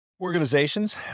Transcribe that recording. Organizations